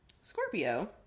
Scorpio